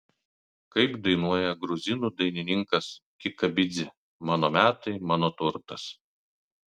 kaip dainuoja gruzinų dainininkas kikabidzė mano metai mano turtas